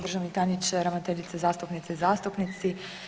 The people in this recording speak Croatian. državni tajniče, ravnateljice, zastupnice i zastupnici.